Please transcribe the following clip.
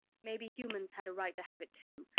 maybe humans had a right to have it, too.